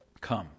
Come